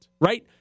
right